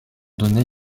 donné